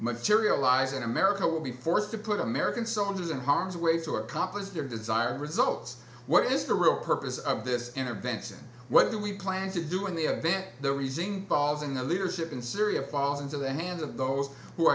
materialize and america will be forced to put american soldiers in harm's way to accomplish their desired results what is the real purpose of this intervention whether we plan to do in the event they're using balls and the leadership in syria falls into the hands of those who